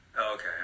okay